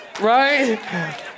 Right